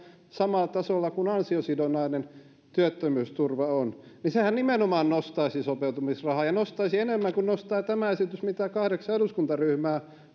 samalla tasolla kuin ansiosidonnainen työttömyysturva on sehän nimenomaan nostaisi sopeutumisrahaa ja nostaisi enemmän kuin nostaa tämä esitys mistä kahdeksan eduskuntaryhmää